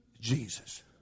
Jesus